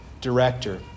director